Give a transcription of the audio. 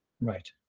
right